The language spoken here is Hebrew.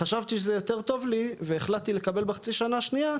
חשבתי שזה יותר טוב לי והחלטתי לקבל בחצי שנה השנייה,